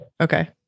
Okay